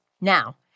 now